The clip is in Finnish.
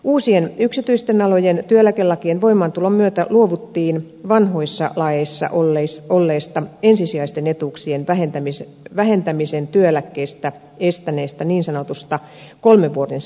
uusien yksityisten alojen työeläkelakien voimaantulon myötä luovuttiin vanhoissa laeissa olleesta ensisijaisten etuuksien työeläkkeestä vähentämisen estäneestä niin sanotusta kolmen vuoden säännöstä